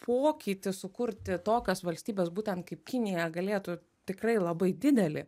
pokytį sukurti tokias valstybes būtent kaip kinija galėtų tikrai labai didelį